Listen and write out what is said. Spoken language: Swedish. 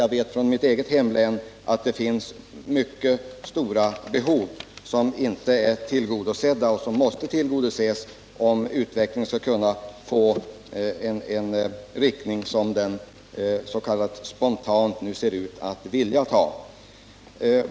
Jag vet från mitt eget hemlän att det finns mycket stora behov som inte är tillgodosedda och som måste tillgodoses om utvecklingen skall kunna få en riktning som den spontant nu ser ut att vilja ta.